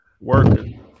working